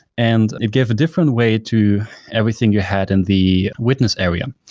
and it gave a different way to everything you had in the witness area.